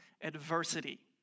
adversity